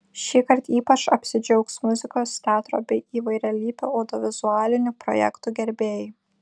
šįkart ypač apsidžiaugs muzikos teatro bei įvairialypių audiovizualinių projektų gerbėjai